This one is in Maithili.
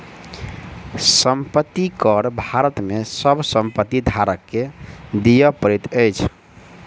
संपत्ति कर भारत में सभ संपत्ति धारक के दिअ पड़ैत अछि